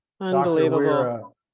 Unbelievable